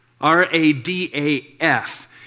R-A-D-A-F